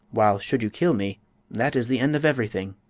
while should you kill me that is the end of everything!